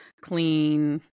clean